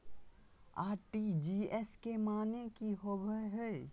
RTGS के माने की होबो है?